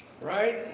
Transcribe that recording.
Right